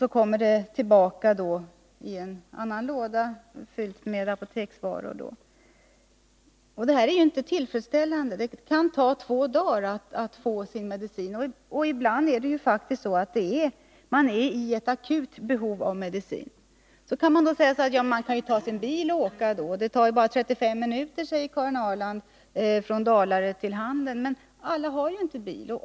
Så kommer en annan låda tillbaka, fylld med apoteksvaror. Detta är ju inte tillfredsställande. Det kan ta två dagar för en person att få sin medicin. Ibland är det faktiskt så att man är i akut behov av medicin. Någon kanske säger att man kan ju ta sin bil och åka till apoteket. Det tar bara 35 minuter, säger Karin Ahrland, från Dalarö till Handen. Men alla har inte bil.